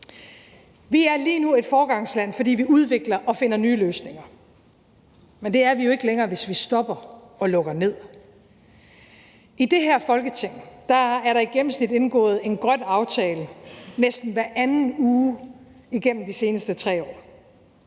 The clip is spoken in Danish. Vi er lige nu et foregangsland, fordi vi udvikler og finder nye løsninger, men det er vi jo ikke længere, hvis vi stopper og lukker ned. I det her Folketing er der i gennemsnit indgået en grøn aftale næsten hver anden uge igennem de seneste 3 år.